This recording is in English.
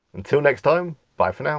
until next time, bye for now.